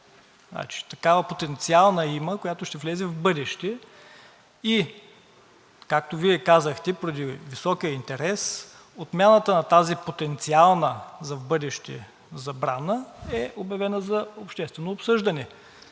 такава потенциална има, която ще влезе в бъдеще, и както Вие казахте, поради високия интерес отмяната на тази потенциална за в бъдеще забрана е обявена за обществено обсъждане.